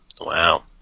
Wow